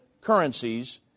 currencies